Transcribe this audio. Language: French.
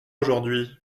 aujourd’hui